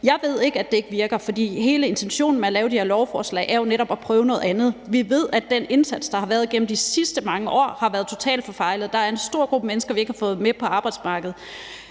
Jeg ved ikke, at det ikke virker, for hele intentionen med at lave de her lovforslag er jo netop at prøve noget andet. Vi ved, at den indsats, der har været igennem de sidste mange år, har været totalt forfejlet, og der er en stor gruppe mennesker, vi ikke har fået med på arbejdsmarkedet.